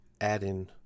adding